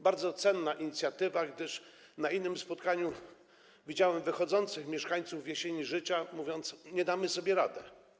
Bardzo cenna inicjatywa, gdyż na innym spotkaniu widziałem wychodzących mieszkańców w jesieni życia, którzy mówili: nie damy sobie rady.